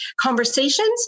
conversations